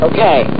Okay